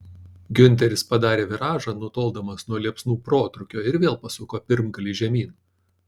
giunteris padarė viražą nutoldamas nuo liepsnų protrūkio ir vėl pasuko pirmgalį žemyn